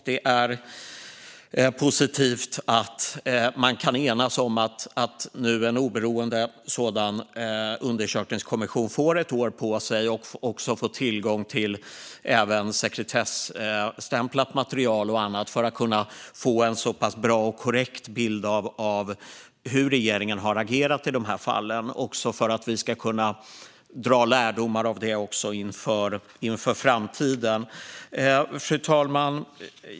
Det är positivt att man kan enas om att en oberoende undersökningskommission ska få ett år på sig och också få tillgång till sekretesstämplat material och annat för att kunna få en bra och korrekt bild av hur regeringen har agerat i dessa fall - detta även för att vi ska kunna dra lärdomar inför framtiden. Fru talman!